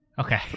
Okay